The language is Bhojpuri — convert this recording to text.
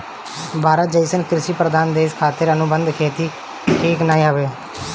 भारत जइसन कृषि प्रधान देश खातिर अनुबंध खेती ठीक नाइ हवे